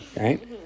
right